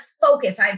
focus